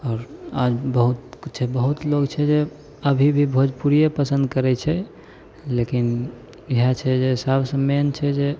आओर आज बहुत किछु छै बहुत लोग छै जे अभी भी भोजपुरिए पसंद करैत छै लेकिन इहए छै जे सबसँ मेन छै जे